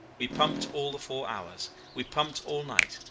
we pumped all the four hours. we pumped all night,